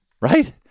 Right